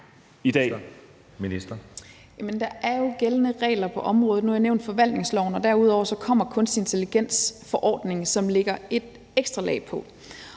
der er jo gældende regler på området. Nu har jeg nævnt forvaltningsloven, og derudover kommer kunstig intelligens-forordningen, som lægger et ekstra lag på.